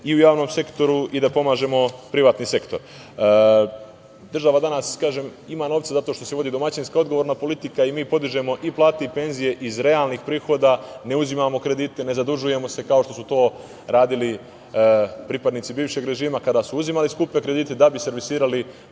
i u javnom sektoru i da pomažemo privatni sektor. Država danas ima novca zato što se vodi domaćinska, odgovorna politika i mi podižemo i plate i penzije iz realnih prihoda, ne uzimamo kredite, ne zadužujemo se, kao što su radili pripadnici bivšeg režima kada su uzimali skupe kredite da bi servisirali